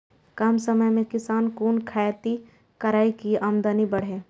कम समय में किसान कुन खैती करै की आमदनी बढ़े?